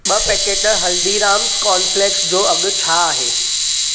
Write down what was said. ॿ packet Haldiram's cornflakes जो अघु छा आहे